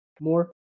More